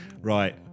Right